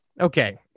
Okay